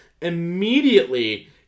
immediately